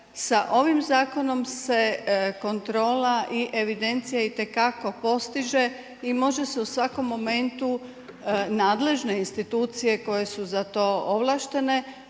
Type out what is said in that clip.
sa ovim zakonom se kontrola i evidencija itekako postiže i može se u svakom momentu nadležne institucije koje su za to ovlaštene